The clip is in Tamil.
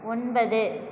ஒன்பது